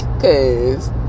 cause